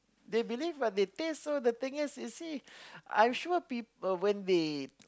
they believe what they taste so the thing is you see I am sure people when they